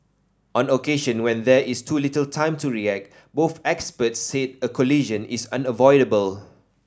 on occasion when there is too little time to react both experts said a collision is unavoidable